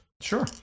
Sure